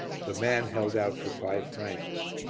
the man held out for five francs.